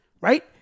Right